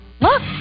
Look